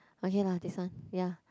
okay lah this one ya